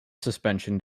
suspension